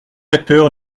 acteurs